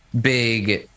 big